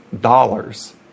dollars